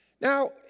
Now